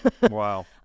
wow